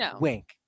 wink